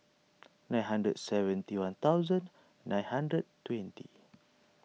nine hundred seventy one thousand nine hundred twenty